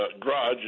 garage